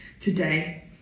today